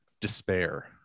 despair